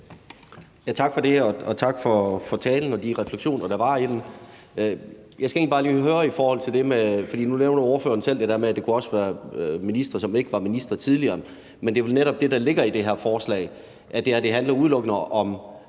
Tak for det, og tak for talen og de refleksioner, der var i den. Jeg skal egentlig bare lige spørge til det, ordføreren selv nævner med, at det også kunne være ministre, som ikke var ministre tidligere. Men det er vel netop det, der ligger i det her forslag, altså at det her udelukkende